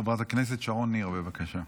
חברת הכנסת שרון ניר, בבקשה.